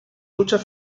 lucha